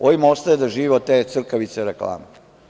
Ovima ostaje da žive od te crkavice, reklame.